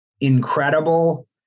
incredible